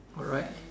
alright